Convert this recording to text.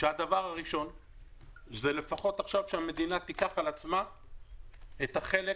שהדבר הראשון הוא לפחות עכשיו שהמדינה תיקח על עצמה את החלק,